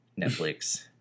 Netflix